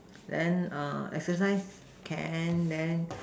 then err exercise can then